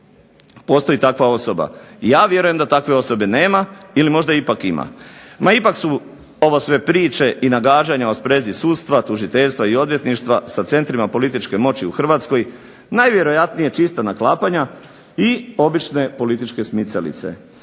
postoji takva osoba. Ja vjerujem da takve osobe nema, ili možda ipak ima. Ma ipak su ovo sve priče i nagađanja o sprezi sudstva, tužiteljstva i odvjetništva sa centrima političke moći u Hrvatskoj, najvjerojatnije čista naklapanja, i obične političke smicalice.